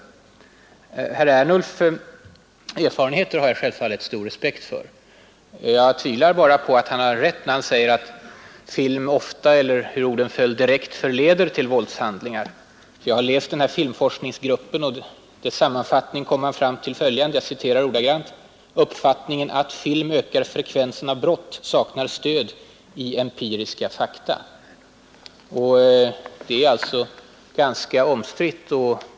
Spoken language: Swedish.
Till herr Ernulf vill jag säga att jag självfallet känner till hans erfarenheter. Men jag tvivlar på att han har rätt när han säger att film ofta — eller hur orden föll — ”direkt förleder till våldshandlingar”. Jag har läst rapporten från den här filmforskningsgruppen. I dess sammanfattning kommer man fram till bl.a. följande: ”Uppfattningen att film ökar frekvensen av brott saknar stöd i empiriska fakta”. Herr Ernulfs påstående är alltså ganska omstritt.